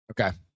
okay